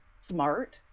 smart